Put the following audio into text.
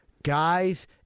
Guys